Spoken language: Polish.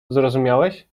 zrozumiałeś